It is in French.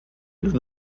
loup